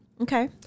Okay